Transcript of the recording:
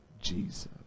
Jesus